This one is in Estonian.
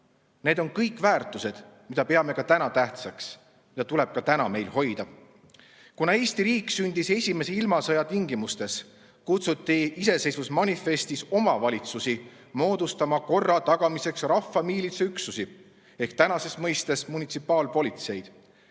Need on kõik väärtused, mida peame ka täna tähtsaks ja mida tuleb ka täna meil hoida. Kuna Eesti riik sündis esimese ilmasõja tingimustes, kutsuti iseseisvusmanifestis omavalitsusi moodustama korra tagamiseks rahvamiilitsaüksusi ehk tänases mõistes munitsipaalpolitseid.